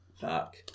fuck